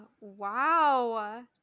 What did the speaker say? Wow